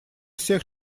всех